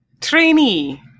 Trainee